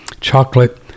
chocolate